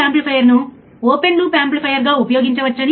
రెసిస్టర్లు విలువ ఇక్కడ 100 k మరియు plus Vcc minus Vcc Vo